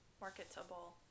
marketable